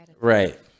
Right